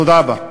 תודה רבה.